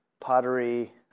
pottery